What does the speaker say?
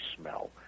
smell